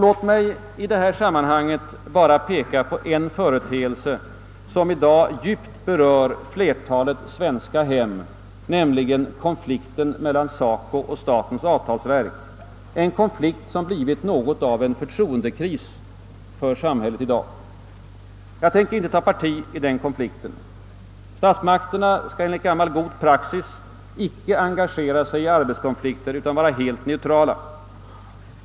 Låt mig i detta sammanhang bara peka på en företeelse som i dag djupt berör flertalet svenska hem, nämligen konflikten mellan SACO och statens avtalsverk, en konflikt som blivit något av en förtroendekris för samhället. Jag tänker inte ta parti i konflikten. Statsmakterna skall enligt gammal god svensk praxis icke engagera sig i ar betskonflikter utan förhålla sig helt neutrala.